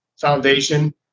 foundation